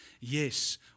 yes